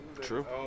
true